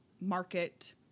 market